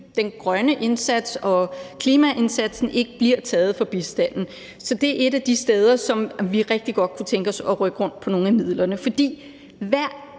den grønne indsats og klimaindsatsen ikke bliver taget fra bistanden. Så det er et af de steder, som vi rigtig godt kunne tænke os at rykke rundt på nogle af midlerne. For hver